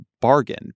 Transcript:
bargain